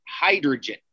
hydrogen